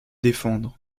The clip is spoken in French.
défendre